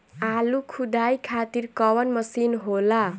आलू खुदाई खातिर कवन मशीन होला?